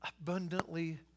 abundantly